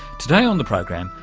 today on the program,